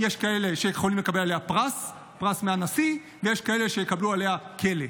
יש כאלה שיכולים לקבל עליה פרס מהנשיא ויש כאלה שיקבלו עליה כלא.